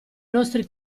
nostri